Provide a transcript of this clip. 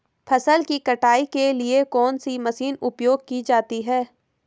फसल की कटाई के लिए कौन सी मशीन उपयोग की जाती है?